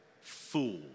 fool